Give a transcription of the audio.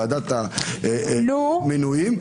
ועדת המינויים,